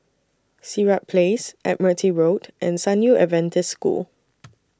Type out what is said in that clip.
Sirat Place Admiralty Road and San Yu Adventist School